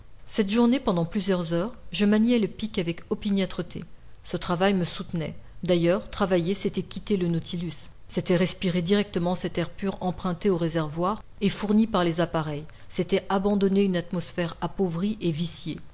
cette journée pendant plusieurs heures je maniai le pic avec opiniâtreté ce travail me soutenait d'ailleurs travailler c'était quitter le nautilus c'était respirer directement cet air pur emprunté aux réservoirs et fourni par les appareils c'était abandonner une atmosphère appauvrie et viciée